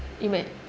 you may